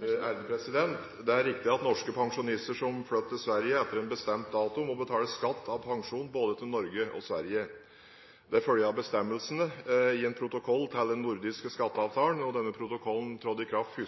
Det er riktig at norske pensjonister som flytter til Sverige etter en bestemt dato, må betale skatt av sin pensjon både til Norge og Sverige. Dette følger av bestemmelsene i en protokoll til den nordiske skatteavtalen. Denne protokollen trådte i kraft